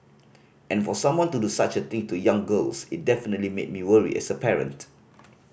and for someone to do such a thing to young girls it definitely made me worry as a parent